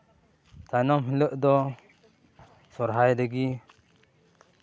ᱛᱟᱭᱱᱚᱢ ᱦᱤᱞᱳᱜ ᱫᱚ ᱥᱚᱨᱦᱟᱭ ᱨᱮᱜᱮ